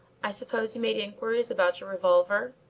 i suppose you made inquiries about your revolver?